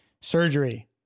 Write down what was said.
surgery